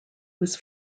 was